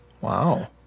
Wow